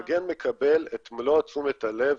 המגן מקבל את מלוא תשומת הלב